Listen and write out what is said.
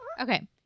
Okay